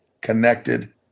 connected